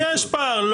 יש פער.